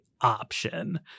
option